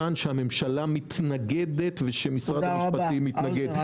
כאן שהממשלה מתנגדת ושמשרד המשפטים מתנגד.